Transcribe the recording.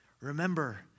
remember